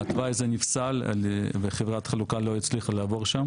התוואי הזה נפסל וחברת החלוקה לא הצליחה לעבור שם